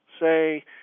say